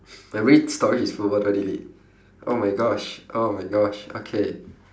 my brain storage is full what do I delete oh my gosh oh my gosh okay